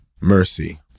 mercy